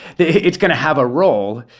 it's going to have a role.